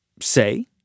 say